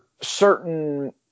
certain